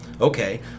Okay